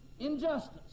Injustice